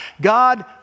God